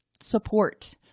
support